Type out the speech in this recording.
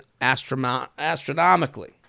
astronomically